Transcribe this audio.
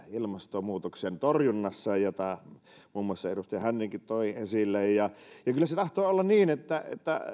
ilmastonmuutoksen torjunnassa jota muun muassa edustaja hänninenkin toi esille ja kyllä se tahtoo olla niin että